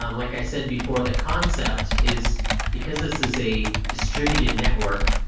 um like i said before, the concept is because this is a distributed network,